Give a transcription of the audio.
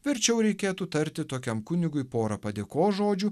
verčiau reikėtų tarti tokiam kunigui porą padėkos žodžių